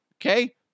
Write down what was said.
okay